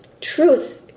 truth